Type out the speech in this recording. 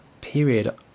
period